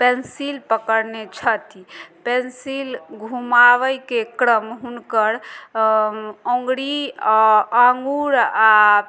pencil पकड़ने छथि pencil घुमाबैके क्रम हुनकर ओंगरी आङ्गूर आओर